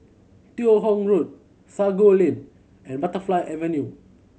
Teo Hong Road Sago Lane and Butterfly Avenue